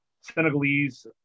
Senegalese